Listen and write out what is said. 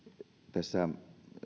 tässä